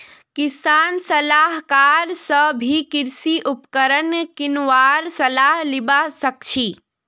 किसान सलाहकार स भी कृषि उपकरण किनवार सलाह लिबा सखछी